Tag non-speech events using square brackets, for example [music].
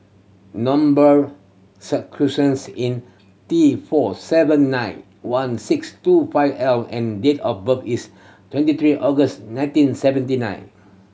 number [unintelligible] in T four seven nine one six two five L and date of birth is twenty three August nineteen seventy nine